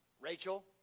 Rachel